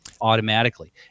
automatically